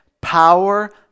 power